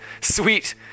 sweet